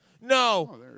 No